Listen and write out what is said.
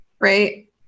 Right